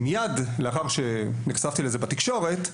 מיד לאחר שנחשפתי לזה בתקשורת,